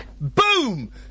Boom